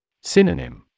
Synonym